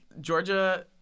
Georgia